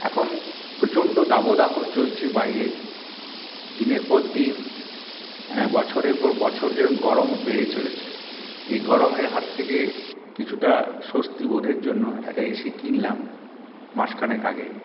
এখন প্রচণ্ড দাবদাহ চলছে বাইরে দিনের পর দিন বছরের পর বছর যেরম গরম বেড়ে চলেছে এই গরমের হাত থেকে কিছুটা স্বস্তিবোধের জন্য একটা এসি কিনলাম মাসখানেক আগে